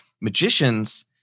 magicians